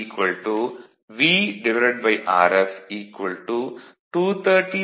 If VRf 230230 1 ampere